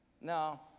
No